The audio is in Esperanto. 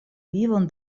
vivon